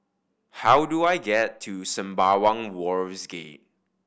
how do I get to Sembawang Wharves Gate